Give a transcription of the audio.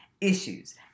issues